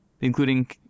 including